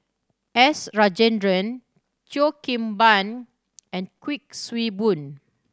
S Rajendran Cheo Kim Ban and Kuik Swee Boon